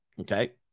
Okay